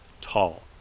tall